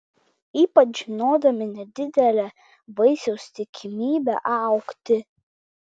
ypač žinodami nedidelę vaisiaus tikimybę augti